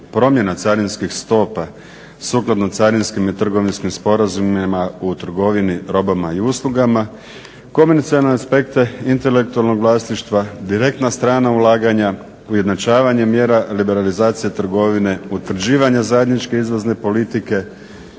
promjena carinskih stopa sukladno carinskim i trgovinskim sporazumima o trgovini robama i uslugama, komercijalne aspekte, intelektualnog vlasništva, direktna strana ulaganja, ujednačavanje mjera liberalizacija trgovine, utvrđivanja zajedničke izvozne politike